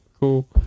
cool